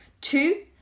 Two